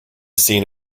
scene